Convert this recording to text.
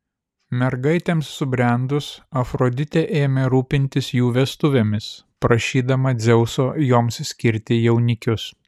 mergaitėms subrendus afroditė ėmė rūpintis jų vestuvėmis prašydama dzeuso joms skirti jaunikius